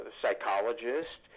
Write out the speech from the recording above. psychologist